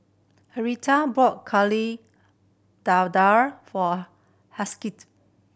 Henriette bought dadar for